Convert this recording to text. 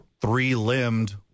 three-limbed